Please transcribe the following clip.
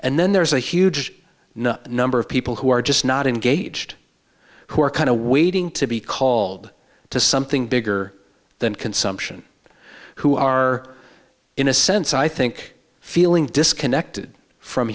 and then there's a huge number of people who are just not engaged who are kind of waiting to be called to something bigger than consumption who are in a sense i think feeling disconnected from